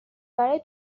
برای